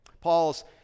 Paul's